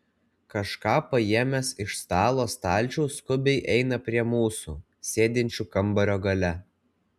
kažką paėmęs iš stalo stalčiaus skubiai eina prie mūsų sėdinčių kambario gale